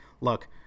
look